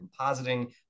compositing